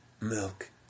Milk